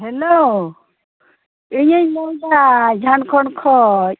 hello ᱤᱧᱤᱧ ᱢᱮᱱ ᱮᱫᱟ ᱡᱷᱟᱲᱠᱷᱚᱸᱰ ᱠᱷᱚᱱ